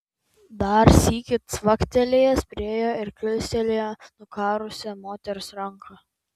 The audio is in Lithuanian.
dar sykį cvaktelėjęs priėjo ir kilstelėjo nukarusią moters ranką